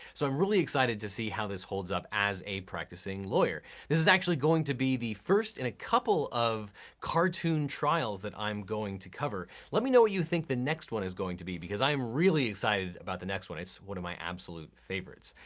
so i'm really excited to see how this holds up as a practicing lawyer. this is actually going to be the first in a couple of cartoon trials that i'm going to cover. let me know what you think the next one is going to be because i am really excited about the next one it's one of my absolute favorites.